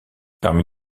parmi